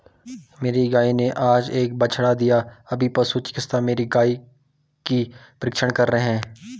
मेरी गाय ने आज एक बछड़ा दिया अभी पशु चिकित्सक मेरी गाय की परीक्षण कर रहे हैं